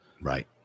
Right